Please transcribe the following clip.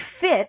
fit